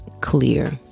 clear